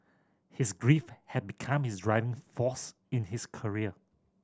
his grief had become his driving force in his career